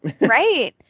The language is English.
right